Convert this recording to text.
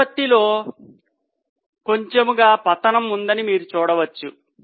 నిష్పత్తిలో నెమ్మదిగా పతనం ఉందని మీరు చూడవచ్చు